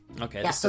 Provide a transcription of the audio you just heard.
Okay